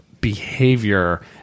behavior